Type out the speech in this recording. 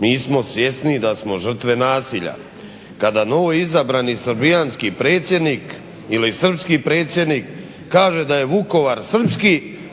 nismo svjesni da smo žrtve nasilja kada novoizabrani srbijanski predsjednik ili srpski predsjednik kaže da je Vukovar